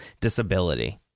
disability